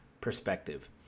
perspective